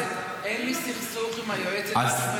אין לי סכסוך עם היועצת המשפטית --- אוקיי.